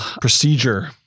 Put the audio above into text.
procedure